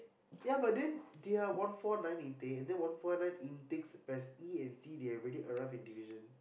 ya but then they are one four nine intake and then one four nine intakes Pes E and C they already arrive in division